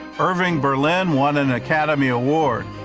irving berlin won an academy award,